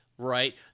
right